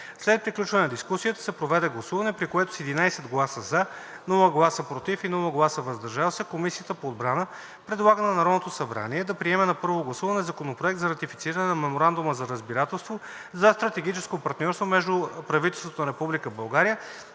След приключване на дискусията се проведе гласуване, при което с 11 гласа „за“, без гласове „против“ и „въздържал се“ Комисията по отбрана предлага на Народното събрание да приеме на първо гласуване Законопроект за ратифициране на Меморандума за разбирателство за стратегическо партньорство между правителството на